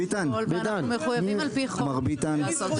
אנחנו מחויבים על פי חוק לעשות את זה.